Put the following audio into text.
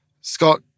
Scott